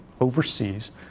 overseas